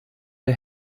der